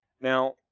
Now